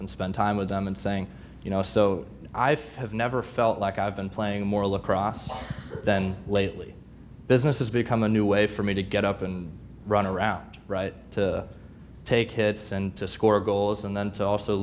and spend time with them and saying you know so i've have never felt like i've been playing more lacrosse then lately business has become a new way for me to get up and run around right to take hits and to score goals and then to also